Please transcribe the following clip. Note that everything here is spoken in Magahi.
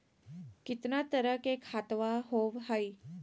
कितना तरह के खातवा होव हई?